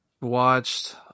watched